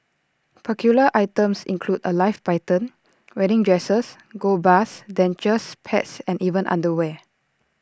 peculiar items include A live python wedding dresses gold bars dentures pets and even underwear